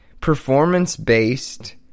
performance-based